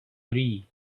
three